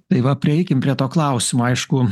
tai va prieikim prie to klausimo aišku